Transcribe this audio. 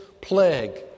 plague